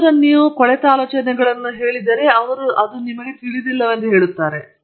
ನಂತರ ನೀವು ಕೆಲವು ಕೊಳೆತ ಆಲೋಚನೆಗಳನ್ನು ಹೇಳಿದರೆ ಅವರು ಇದನ್ನು ನಿಮಗೆ ತಿಳಿದಿಲ್ಲವೆಂದು ಅವರು ಹೇಳುತ್ತಾರೆ